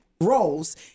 roles